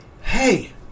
hey